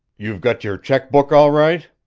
you've got your check-book all right?